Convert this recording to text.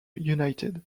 united